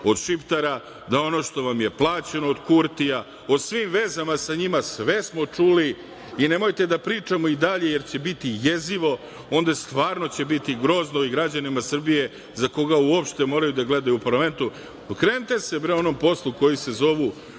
od Šiptara, da ono što vam je plaćeno od Kurtija, o svim vezama sa njima sve smo čuli i nemojte da pričamo i dalje, jer će biti jezivo, onda stvarno će biti grozno i građanima Srbije za koga uopšte moraju da gledaju u Parlamentu. Okrenite se bre onom poslu koji se zove